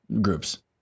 groups